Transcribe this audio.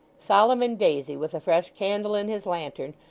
solomon daisy, with a fresh candle in his lantern,